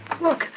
Look